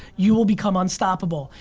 you will become unstoppable.